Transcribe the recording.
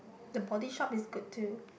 the body shop is good too